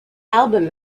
album